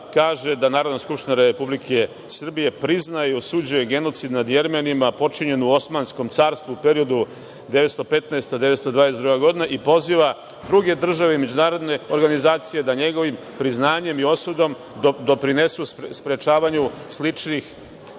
kaže da Narodna skupština Republike Srbije priznaje i osuđuje genocid nad Jermeniima počinjen u Osmanskom carstvu u periodu od 1915. – 1922. godina i poziva druge države i međunarodne organizacije da njegovim priznanjem i osudom doprinesu sprečavanju sličnih